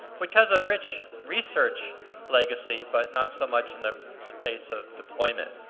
which has a rich research legacy, but not so much in the space of deployment.